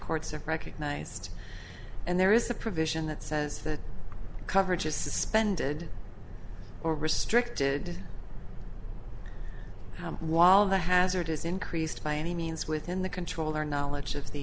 courts have recognized and there is a provision that says that coverage is suspended or restricted while the hazard is increased by any means within the control or knowledge of the